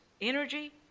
energy